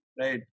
right